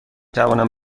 توانم